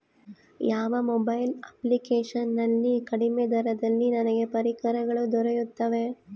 ಯಾವ mobile application ನಲ್ಲಿ ಕಡಿಮೆ ದರದಲ್ಲಿ ನನಗೆ ಪರಿಕರಗಳು ದೊರೆಯುತ್ತವೆ?